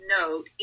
note